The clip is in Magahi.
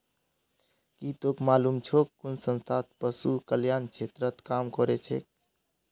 की तोक मालूम छोक कुन संस्था पशु कल्याण क्षेत्रत काम करछेक